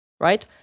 Right